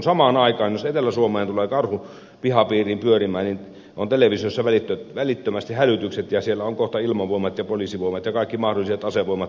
samaan aikaan jos etelä suomeen tulee karhu pihapiiriin pyörimään on televisiossa välittömästi hälytykset ja siellä ovat kohta ilmavoimat ja poliisivoimat ja kaikki mahdolliset asevoimat liikkeellä